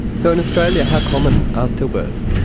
so in australia how common are stillbirths?